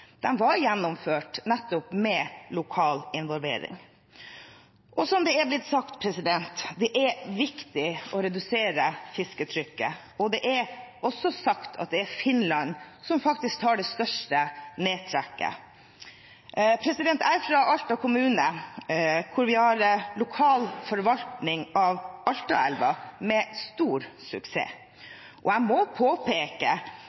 var gjennomført nettopp med lokal involvering. Og som det er blitt sagt, er det viktig å redusere fisketrykket. Det er også sagt at det er Finland som faktisk tar det største nedtrekket. Jeg er fra Alta kommune, hvor vi har lokal forvaltning av Altaelva – med stor